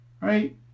right